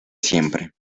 siempre